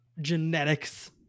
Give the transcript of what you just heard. genetics